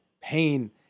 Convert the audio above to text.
pain